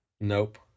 Nope